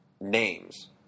names